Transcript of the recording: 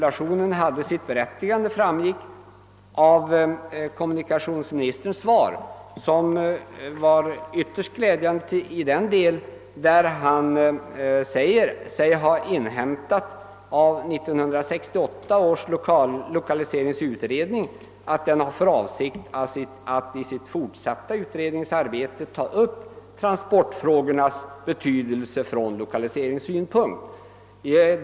Att denna hade sitt berättigande framgår av kommunikationsministerns svar som är ytterst glädjande i den del där han säger sig ha inhämtat att 1968 års lokaliseringsutredning har för avsikt att i sitt fortsatta utredningsarbete återigen ta upp transportfrågornas betydelse från lokaliseringssynpunkt.